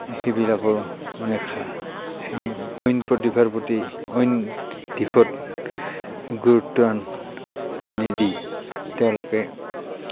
সেইবিলাকৰ মানে সা এই অইন প্ৰতিভাৰ প্ৰতি অইন দিশত গুৰুত্ব নিদি তেওঁলোকে